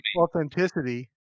authenticity